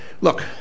Look